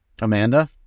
Amanda